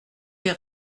les